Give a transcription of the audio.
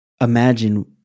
imagine